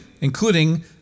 including